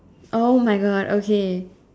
!oh-my-God! okay